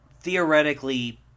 theoretically